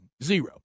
zero